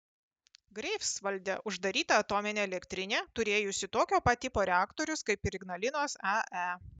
greifsvalde uždaryta atominė elektrinė turėjusi tokio pat tipo reaktorius kaip ir ignalinos ae